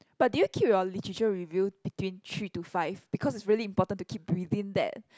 but do you keep your literature review between three to five because it's really important to keep within that